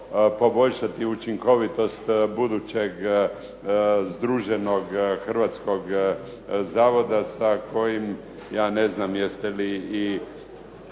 poboljšati učinkovitost budućeg združenog hrvatskog zavoda sa kojim, ja ne znam jeste li i